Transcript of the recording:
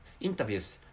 interviews